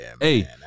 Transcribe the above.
Hey